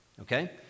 Okay